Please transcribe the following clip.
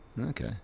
Okay